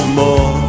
more